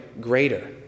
greater